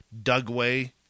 Dugway